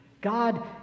God